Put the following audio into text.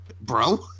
Bro